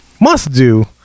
must-do